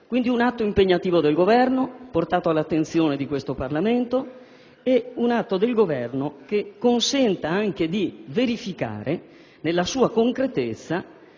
Quindi, un atto impegnativo del Governo, portato all'attenzione del Parlamento, e un atto del Governo che consenta anche di verificare nella sua concretezza